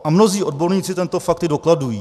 A mnozí odborníci tento fakt i dokladují.